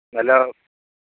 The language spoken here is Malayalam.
നല്ല